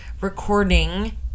recording